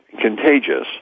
contagious